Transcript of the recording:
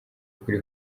kuri